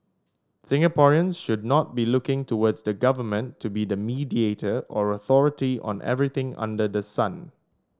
Singaporeans should not be looking towards the government to be the mediator or authority on everything under the sun